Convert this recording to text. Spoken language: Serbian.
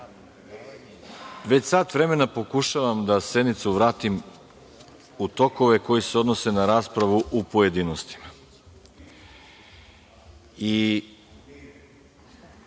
već sat vremena pokušavam da sednicu vratim u tokove koji se odnose na raspravu u pojedinostima.